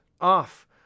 off